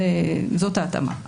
זאת ההתאמה,